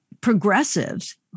progressives